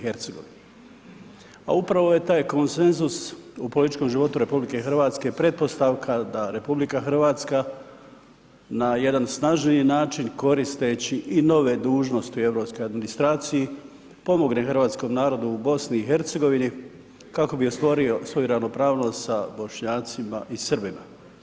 Pa upravo je taj konsenzus u političkom životu RH pretpostavka da RH na jedan snažniji način koristeći i nove dužnosti u europskoj administraciji, pomogne hrvatskom narodu u BiH-u kako bi stvorio svoju ravnopravnost sa Bošnjacima i Srbima.